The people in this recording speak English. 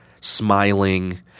smiling